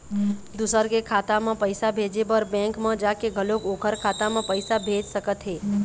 दूसर के खाता म पइसा भेजे बर बेंक म जाके घलोक ओखर खाता म पइसा भेज सकत हे